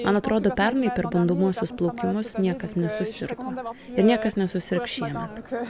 man atrodo pernai per bandomuosius plaukimus niekas nesusirgo ir niekas nesusirgs šiemet